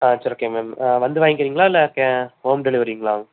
ஆ சரி ஓகேங்க மேம் வந்து வாங்கிக்கிறீங்களா இல்லை ஹே ஹோம் டெலிவரிங்களா